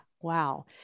wow